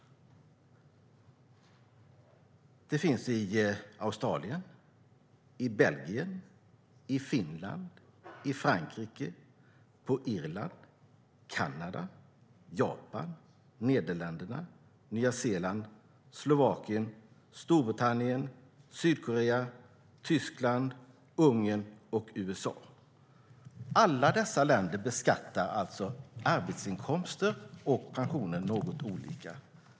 Det finns i Australien, Belgien, Finland, Frankrike, Irland, Kanada, Japan, Nederländerna, Nya Zeeland, Slovakien, Storbritannien, Sydkorea, Tyskland, Ungern och USA. Alla dessa länder beskattar arbetsinkomster och pensioner något olika.